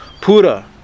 Pura